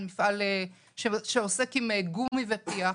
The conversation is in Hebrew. שעוסק בגומי ופיח.